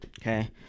okay